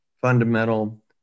fundamental